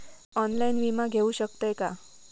Online विमा घेऊ शकतय का?